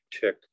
tick